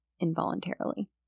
involuntarily